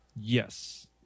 Yes